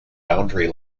boundary